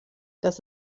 das